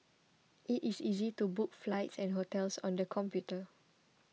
it is easy to book flights and hotels on the computer